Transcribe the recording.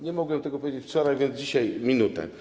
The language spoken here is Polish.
Nie mogłem tego powiedzieć wczoraj, więc dzisiaj minutę.